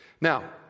Now